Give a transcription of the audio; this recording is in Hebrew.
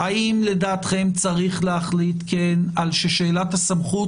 אם לדעתכם צריך להחליט על שאלת הסמכות,